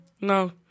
no